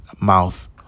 mouth